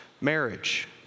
marriage